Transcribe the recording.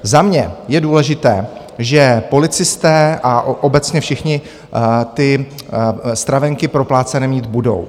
Za mě je důležité, že policisté a obecně všichni ty stravenky proplácené mít budou.